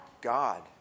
God